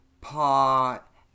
pot